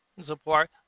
support